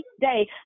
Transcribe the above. day